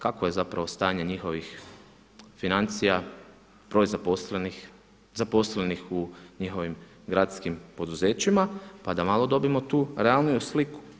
Kakvo je zapravo stanje njihovih financija, roj zaposlenih, zaposlenih u njihovim gradskim poduzećima pa da malo dobijemo tu realniju sliku?